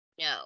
No